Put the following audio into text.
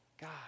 God